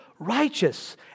Righteous